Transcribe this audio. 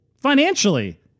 financially